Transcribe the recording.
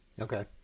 Okay